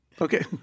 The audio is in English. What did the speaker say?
Okay